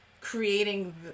creating